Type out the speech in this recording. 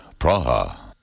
Praha